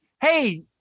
Hey